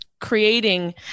creating